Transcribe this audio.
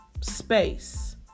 space